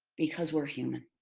because we're human.